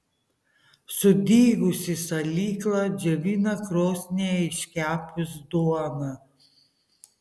sudygusį salyklą džiovina krosnyje iškepus duoną